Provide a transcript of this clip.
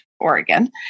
Oregon